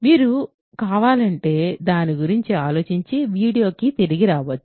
మీకు కావాలంటే మీరు దాని గురించి ఆలోచించి వీడియోకి తిరిగి రావచ్చు